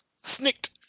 Snicked